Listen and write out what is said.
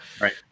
right